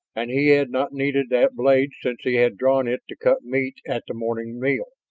and he had not needed that blade since he had drawn it to cut meat at the morning meal.